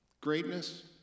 Greatness